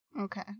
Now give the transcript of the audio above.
Okay